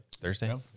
Thursday